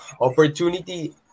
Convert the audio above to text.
opportunity